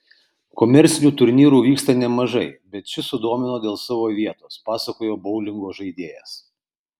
komercinių turnyrų vyksta nemažai bet šis sudomino dėl savo vietos pasakojo boulingo žaidėjas